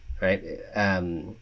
right